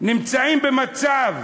נמצאים במצב